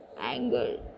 Anger